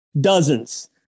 Dozens